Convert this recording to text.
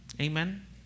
amen